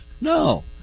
No